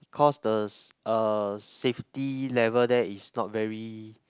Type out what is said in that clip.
cause the uh safety level there is not very